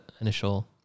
initial